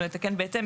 ונתקן אותם בהתאם,